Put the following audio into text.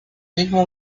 mismo